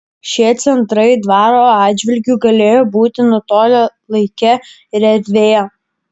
šie centrai dvaro atžvilgiu galėjo būti nutolę laike ir erdvėje